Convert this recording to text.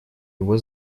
его